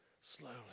Slowly